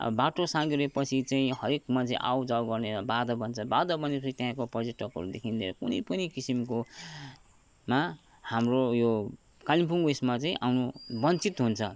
बाटो साँघुरिएपछि चाहिँ हरेक मान्छे आउजाउ गर्ने बाधा बन्छ बाधा बनेपछि त्यहाँको पर्यटकहरूदेखि लिएर कुनै पनि किसिमको मा हाम्रो यो कालिम्पोङ उयसमा चाहिँ आउनु वञ्चित हुन्छ